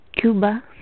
Cuba